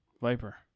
Viper